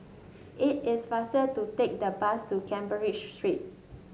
it is faster to take the bus to Street